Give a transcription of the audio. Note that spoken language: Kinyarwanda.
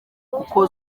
kuko